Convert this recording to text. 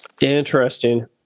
Interesting